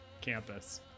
campus